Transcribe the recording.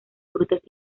frutas